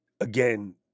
again